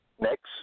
Next